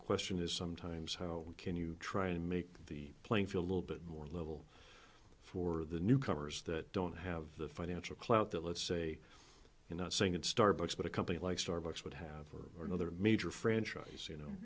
question is sometimes how can you try to make the playing field little bit more level for the newcomers that don't have the financial clout that let's say you're not saying that starbucks but a company like starbucks would have or another major franchise you know